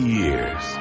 years